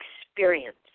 experience